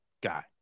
guy